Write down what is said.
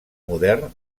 modern